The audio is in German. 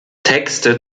texte